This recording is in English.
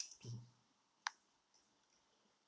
mmhmm